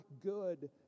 good